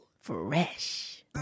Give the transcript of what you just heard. Fresh